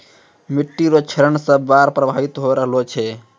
मिट्टी रो क्षरण से बाढ़ प्रभावित होय रहलो छै